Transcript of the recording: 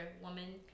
woman